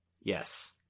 Yes